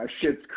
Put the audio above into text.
Shit's